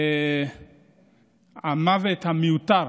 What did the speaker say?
המוות המיותר